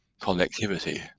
connectivity